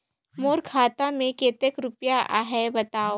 मोर खाता मे कतेक रुपिया आहे बताव?